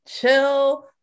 chill